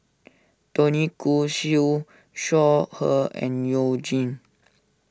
Tony Khoo Siew Shaw Her and You Jin